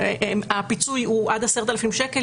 הפיצוי הוא עד 10,000 שקל,